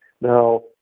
now